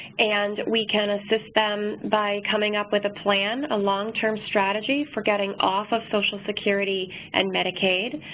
and, we can assist them by coming up with a plan, a long-term strategy, forgetting off of social security and medicaid.